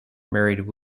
married